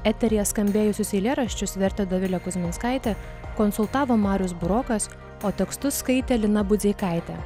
eteryje skambėjusius eilėraščius vertė dovilė kuzminskaitė konsultavo marius burokas o tekstus skaitė lina budzeikaitė